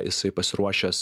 jisai pasiruošęs